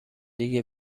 دیگه